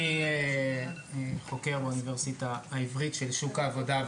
אני חוקר באוניברסיטה העברית של שוק העבודה,